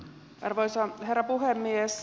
arvoisa herra puhemies